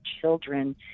children